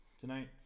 tonight